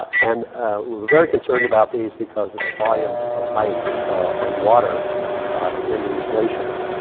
and we were very concerned about these because of the volume of ice and water in these glaciers.